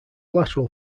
lateral